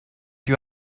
you